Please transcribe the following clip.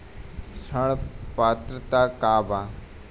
ऋण पात्रता का बा?